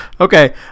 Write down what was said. okay